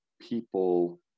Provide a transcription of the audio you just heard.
people